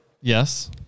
Yes